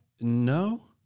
No